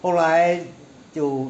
后来就